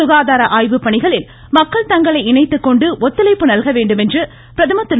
சுகாதார ஆய்வுப்பணிகளில் மக்கள் தங்களை இணைத்துக்கொண்டு ஒத்துழைப்பு நல்கவேண்டும் என்று பிரதமர் திரு